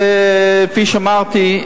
כפי שאמרתי,